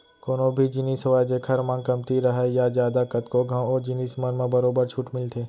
कोनो भी जिनिस होवय जेखर मांग कमती राहय या जादा कतको घंव ओ जिनिस मन म बरोबर छूट मिलथे